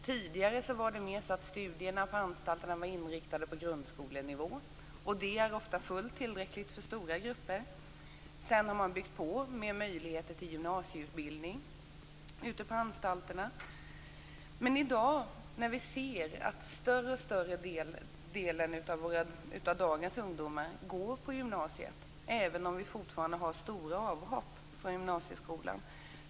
Tidigare var studierna på anstalterna mera inriktade på grundskolenivå, vilket ofta är fullt tillräckligt för stora grupper. Sedan har man byggt på med möjligheter till gymnasieutbildning ute på anstalterna. I dag ser vi att en allt större del av ungdomarna går på gymnasiet men det är fortfarande stora avhopp från gymnasieskolan.